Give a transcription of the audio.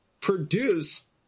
produce